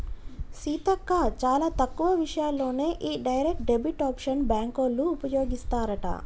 సీతక్క చాలా తక్కువ విషయాల్లోనే ఈ డైరెక్ట్ డెబిట్ ఆప్షన్ బ్యాంకోళ్ళు ఉపయోగిస్తారట